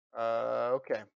Okay